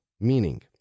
meaning